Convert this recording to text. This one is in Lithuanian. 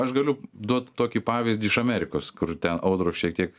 aš galiu duot tokį pavyzdį iš amerikos kur ten audros šiek tiek